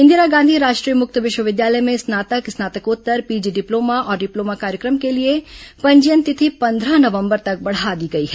इंदिरा गांधी राष्ट्रीय मुक्त विश्वविद्यालय में स्नातक स्नातकोत्तर पीजी डिप्लोमा और डिप्लोमा कार्यक्रम के लिए पंजीयन तिथि पंद्रह नवंबर तक बढ़ा दी गई है